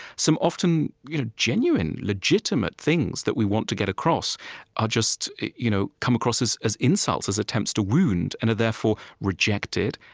some often you know genuine legitimate things that we want to get across are just you know come across as as insults, as attempts to wound, and are therefore rejected,